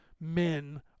men